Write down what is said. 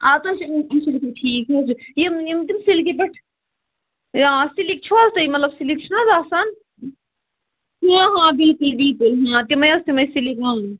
اتھ حظ چھ یِم چھِ روزن ٹھیٖک حظ چھ یِم یِم تِم سِلکہِ پیٚٹھ یا سِلِک چھِو حظ تۄہہِ مَطلب سِلک چھُنہٕ حظ آسان ہاں ہاں ڈی پی ڈی پی ہاں ہاں تِمٕے حظ تِمٕے سِلک یِوان ماننہٕ